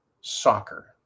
soccer